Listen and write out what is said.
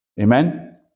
Amen